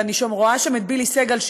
ואני שם רואה שם את בילי סגל,